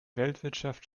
weltwirtschaft